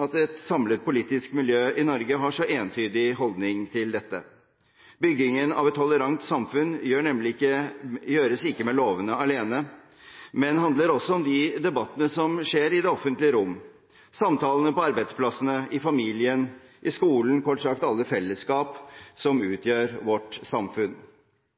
at et samlet politisk miljø i Norge har så entydig holdning til dette. Bygging av et tolerant samfunn gjøres ikke med lovene alene, men handler også om de debattene som skjer i det offentlige rom – samtalene på arbeidsplassene, i familien, i skolen, kort sagt alle fellesskap som utgjør vårt samfunn.